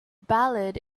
ballad